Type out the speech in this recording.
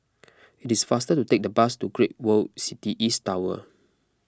it is faster to take the bus to Great World City East Tower